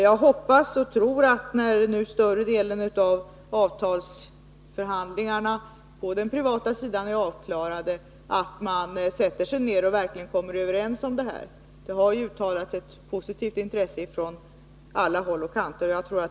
Jag hoppas och tror att, när nu större delen av avtalsförhandlingarna på den privata sidan är avklarade, parterna skall sätta sig ner och komma överens i dessa frågor. Det har ju uttalats ett positivt intresse från alla håll och kanter.